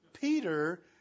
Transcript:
peter